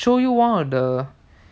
show you one of the